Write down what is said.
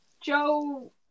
Joe